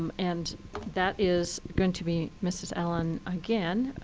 um and that is going to be mrs. allen again.